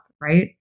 right